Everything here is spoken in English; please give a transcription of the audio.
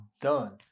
done